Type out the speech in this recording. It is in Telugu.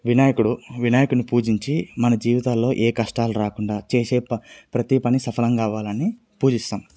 వినాయకుడు వినాయకున్ని పూజించి మన జీవితాల్లో ఏ కష్టాలు రాకుండా చేసే ప్రతి పని సఫలం కావాలని పూజిస్తాము